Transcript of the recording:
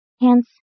hence